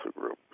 group